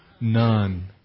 None